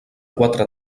quatre